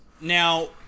Now